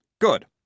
Good